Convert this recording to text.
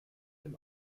dem